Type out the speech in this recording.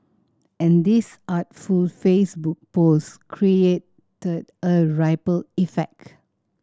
and this artful Facebook post created a ripple effect